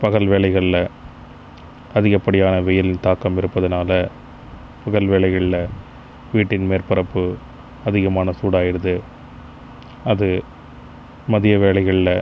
பகல் வேளைகளில் அதிகப்படியான வெயில் தாக்கம் இருப்பதனால் வெயில் வேளைகளில் வீட்டின் மேற்பரப்பு அதிகமான சூடாகிடுது அது மதிய வேளைகளில்